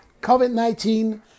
COVID-19